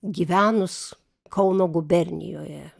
gyvenus kauno gubernijoje